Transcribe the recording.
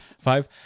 Five